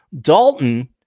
Dalton